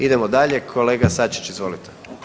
Idemo dalje, kolega Sačić izvolite.